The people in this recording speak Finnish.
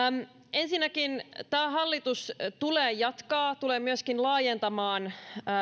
ensinnäkin tämä hallitus tulee jatkamaan ja tulee myöskin laajentamaan